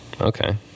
Okay